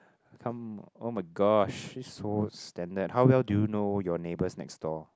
come oh my gosh this is so standard how well do you know your neighbours next door